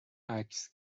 عکس